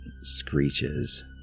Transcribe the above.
screeches